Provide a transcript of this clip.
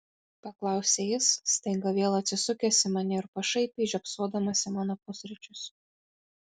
paklausė jis staiga vėl atsisukęs į mane ir pašaipiai žiopsodamas į mano pusryčius